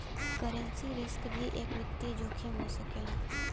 currency risk भी एक वित्तीय जोखिम हो सकला